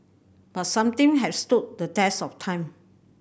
but some thing have stood the test of time